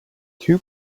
two